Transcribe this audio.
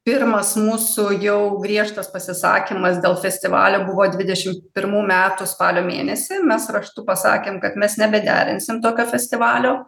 pirmas mūsų jau griežtas pasisakymas dėl festivalio buvo dvidešim pirmų metų spalio mėnesį mes raštu pasakėm kad mes nebederinsim tokio festivalio